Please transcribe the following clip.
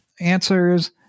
answers